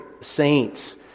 saints